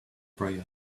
prayer